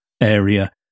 area